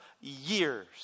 years